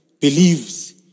believes